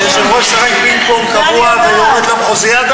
היושב-ראש משחק פינג-פונג קבוע ב"מחוזיאדה",